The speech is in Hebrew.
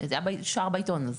זה היה בשער בעיתון.